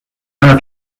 our